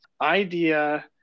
idea